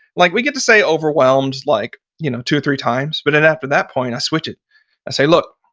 like we get to say overwhelmed like you know two or three times, but then after that point i switch it. i say, look,